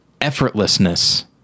effortlessness